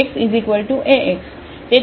તેથી TxAx